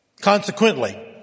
Consequently